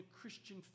Christian